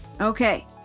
Okay